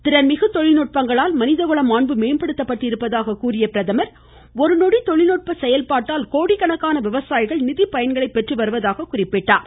திறன்மிகு தொழில்நுட்பங்களால் மனிதகுல மாண்பு மேம்படுத்தப்பட்டிருப்பதாக கூறிய அவர் ஒரு நொடி தொழில்நுட்ப செயல்பாட்டால் கோடிக்கணக்கான விவசாயிகள் நிதி பயன்களை பெற்று வருவதாக கூறினார்